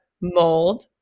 mold